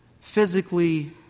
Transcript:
Physically